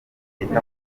ryita